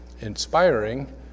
inspiring